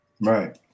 Right